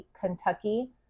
Kentucky